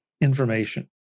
information